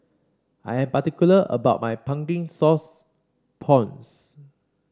I am particular about my Pumpkin Sauce Prawns